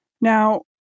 Now